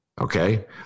okay